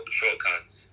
shortcuts